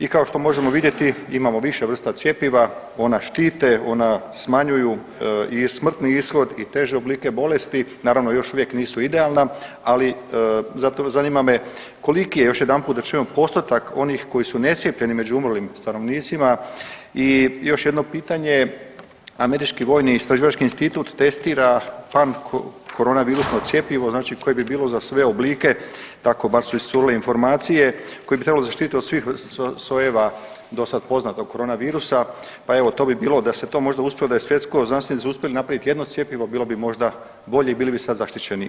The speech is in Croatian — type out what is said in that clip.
I kao što možemo vidjeti imamo više vrsta cjepiva ona štite, ona smanjuju i smrtni ishod i teže oblike bolesti, naravno još uvijek nisu idealna ali zato zanima me koliki je još jedanput da čujemo postotak onih koji su necijepljeni među umrlim stanovnicima i još jedno pitanje američki vojni istraživački institut testira …/nerazumljivo/… korona virusno cjepivo znači koje bi bilo za sve oblike, tako bar su iscurile informacije koje bi trebalo zaštiti od svih sojeva dosada poznatog korona virusa pa evo to bi bilo da se to možda uspjelo da je svjetsko znanstvenici su uspjeli napraviti jedno cjepivo bilo bi možda bolje i bili bi sada zaštićeniji.